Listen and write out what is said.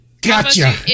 gotcha